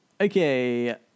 Okay